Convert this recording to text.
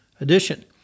edition